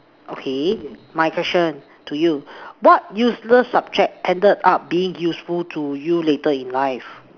okay my question to you what useless subject ended up becoming useful to you later in life